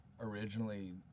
Originally